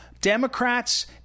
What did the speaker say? Democrats